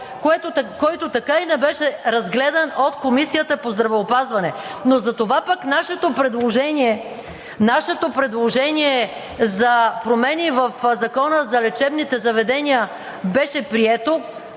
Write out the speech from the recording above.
който така и не беше разгледан от Комисията по здравеопазване. Но затова пък нашето предложение за промени в Закона за лечебните заведения беше прието